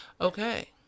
Okay